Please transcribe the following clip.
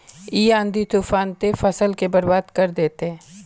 इ आँधी तूफान ते फसल के बर्बाद कर देते?